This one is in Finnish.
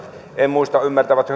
en muista ymmärtävätkö